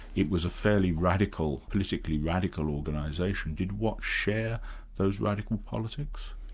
it was a fairly radical, politically radical organisation did watts share those radical politics?